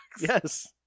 Yes